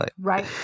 Right